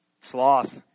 sloth